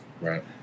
Right